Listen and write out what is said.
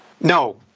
No